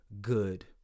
good